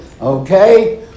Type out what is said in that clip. okay